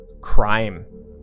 crime